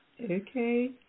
Okay